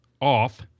off